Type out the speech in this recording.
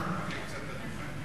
אפשר להגביר?